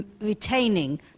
retaining